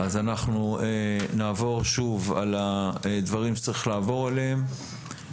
אנחנו נעבור שוב על הדברים שצריך לעבור עליהם